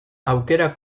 aukera